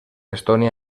estonia